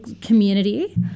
community